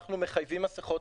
אנחנו מחייבים מסיכות.